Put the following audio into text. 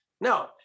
no